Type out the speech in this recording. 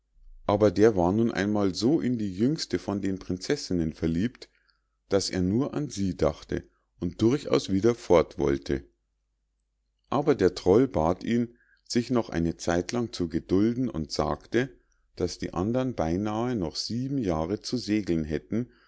aber der war nun einmal so in die jüngste von den prinzessinnen verliebt daß er nur an sie dachte und durchaus wieder fort wollte aber der troll bat ihn sich noch eine zeitlang zu gedulden und sagte daß die andern beinahe noch sieben jahre zu segeln hätten